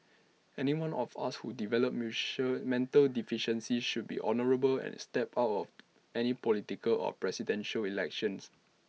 anyone of us who develop mussel mental deficiency should be honourable and step out of any political or Presidential Elections